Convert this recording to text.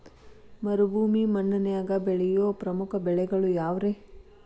ಮರುಭೂಮಿ ಮಣ್ಣಾಗ ಬೆಳೆಯೋ ಪ್ರಮುಖ ಬೆಳೆಗಳು ಯಾವ್ರೇ?